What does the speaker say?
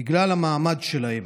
בגלל המעמד שלהם.